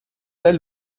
elle